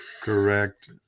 correct